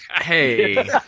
Hey